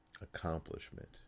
accomplishment